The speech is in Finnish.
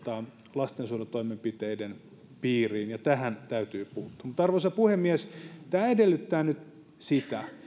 lastensuojelutoimenpiteiden piiriin ja tähän täytyy puuttua mutta arvoisa puhemies tämä edellyttää nyt sitä